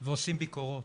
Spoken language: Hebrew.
ועושים ביקורות.